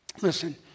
Listen